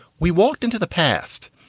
we walked into the past.